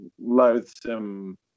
loathsome